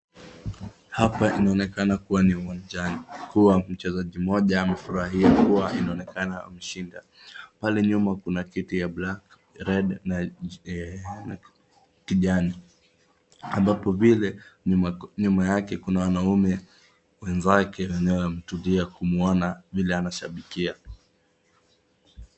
Hapa inaonekana kuwa ni uwanjani kuwa mchezaji mmoja amefurahia kuwa inaonekana ameshinda, pale nyuma kuna kiti ya black, red na kijani ambapo vile nyuma yake kuna wanaume wenzake wenye wametulia kumwona vile anashabikia.